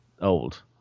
old